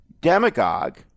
demagogue